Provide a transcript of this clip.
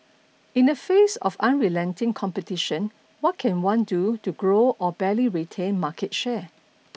in the face of unrelenting competition what can one do to grow or barely retain market share